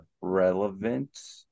relevant